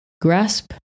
grasp